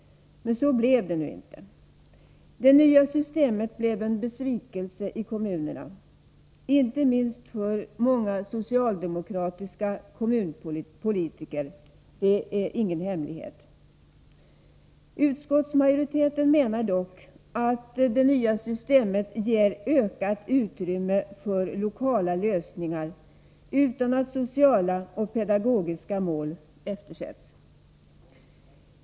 Men så blev det nu inte. Det nya systemet blev en besvikelse i kommunerna, inte minst för socialdemokratiska kommunpolitiker — det är ingen hemlighet. Utskottsmajoriteten menar dock att det nya systemet ger ökat utrymme för lokala lösningar utan att sociala och pedagogiska mål eftersätts.